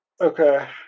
Okay